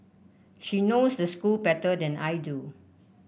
she knows the school better than I do